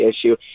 issue